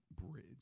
bridge